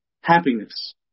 happiness